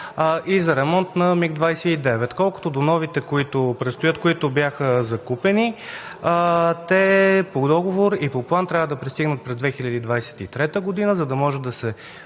и за ремонт на МиГ-29. Колкото до новите, които бяха закупени, по договор и по план трябва да пристигнат през 2023 г., за да може да се